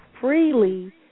freely